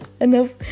Enough